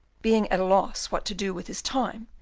being at a loss what to do with his time,